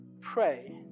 pray